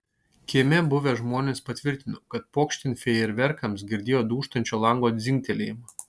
kieme buvę žmonės patvirtino kad pokšint fejerverkams girdėjo dūžtančio lango dzingtelėjimą